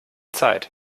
zeit